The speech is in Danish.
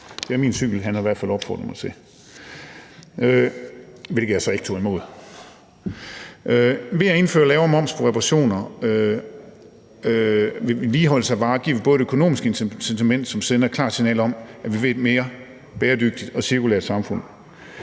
Ved at indføre lavere moms på reparationer og vedligeholdelse af varer giver vi et økonomisk incitament, som sender et klart signal om, at vi vil et mere bæredygtigt og cirkulært samfund.